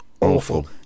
awful